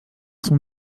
sont